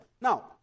Now